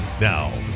Now